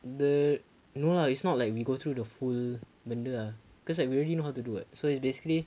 the no lah it's not like we go through the full benda lah cause we already know how to do it what so it's basically